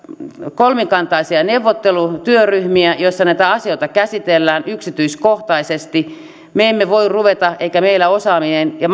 kolmikantaisia neuvottelutyöryhmiä joissa näitä asioita käsitellään yksityiskohtaisesti me emme voi ruveta eikä meillä osaaminen ja